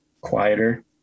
quieter